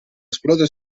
esplode